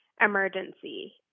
emergency